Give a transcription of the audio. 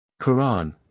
Quran